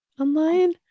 online